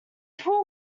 pull